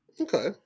Okay